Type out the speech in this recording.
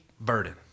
burden